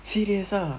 serious ah